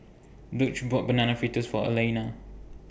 Dulce bought Banana Fritters For Alaina